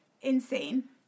Insane